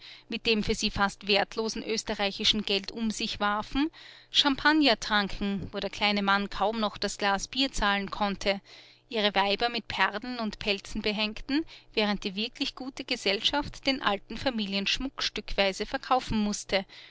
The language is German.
mit dem für sie fast wertlosen österreichischen geld um sich warfen champagner tranken wo der kleine mann kaum noch das glas bier zahlen konnte ihre weiber mit perlen und pelzen behängten während die wirklich gute gesellschaft den alten familienschmuck stückweise verkaufen mußte